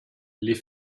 les